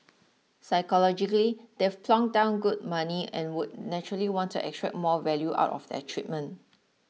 psychologically they've plonked down good money and would naturally want to extract more value out of their treatment